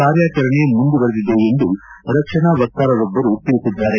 ಕಾರ್ಯಾಚರಣೆ ಮುಂದುವರೆದಿದೆ ಎಂದು ರಕ್ಷಣಾ ವಕ್ತಾರರೊಬ್ಬರು ತಿಳಿಸಿದ್ದಾರೆ